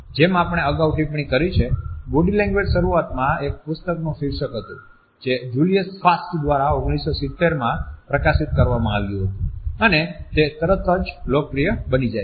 જેમ આપણે અગાઉ ટિપ્પણી કરી છે બોડી લેંગ્વેજ શરૂઆતમાં એક પુસ્તકનું શીર્ષક હતું જે જુલિયસ ફાસ્ટ દ્વારા 1970માં પ્રકાશિત કરવામાં આવ્યું હતું અને તે તરત જ લોકપ્રિય બની જાય છે